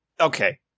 Okay